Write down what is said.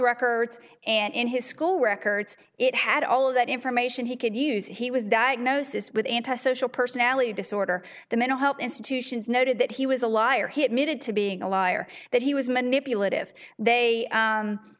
records and his school records it had all of that information he could use he was diagnosed this with anti social personality disorder the mental health institutions noted that he was a liar he admitted to being a liar that he was manipulative they